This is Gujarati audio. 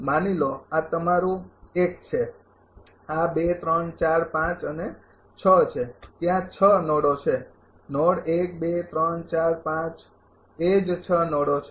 માની લો આ તમારું ૧ છે આ ૨ ૩ ૪ ૫ અને ૬ છે ત્યાં ૬ નોડો છે નોડ ૧ ૨ ૩ ૪ ૫ એ જ ૬ નોડો છે